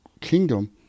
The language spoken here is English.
kingdom